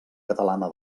catalana